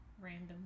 Random